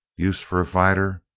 use for a fighter?